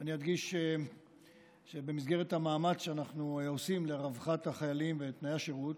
אני אדגיש שבמסגרת המאמץ שאנחנו עושים לרווחת החיילים ותנאי השירות,